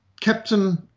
Captain